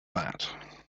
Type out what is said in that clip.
that